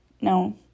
no